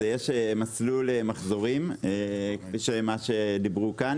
יש מסלול מחזורים כפי שדיברו כאן,